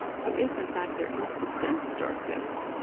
so if, in fact, there is this dense, dark disk,